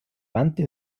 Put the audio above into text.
wandte